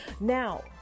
Now